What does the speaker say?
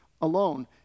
alone